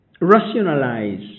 rationalize